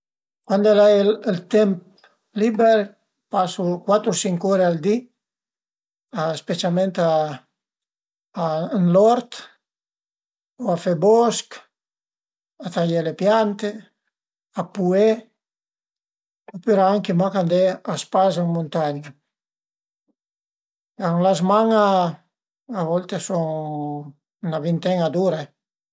Cuand l'ai ël temp liber pasu cuat u sinc ure al di specialment ën l'ort u a fe bosch, a taié le piante, a pué opüra anche mach andé a spas ën muntagna. Ën la zman-a a volte a sun 'na vinten-a d'ure